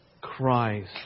Christ